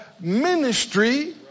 ministry